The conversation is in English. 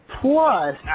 Plus